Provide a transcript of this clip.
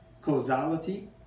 causality